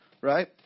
right